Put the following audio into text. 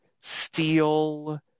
Steel